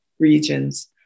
Regions